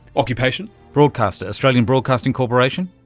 occupation? broadcaster, australian broadcasting corporation.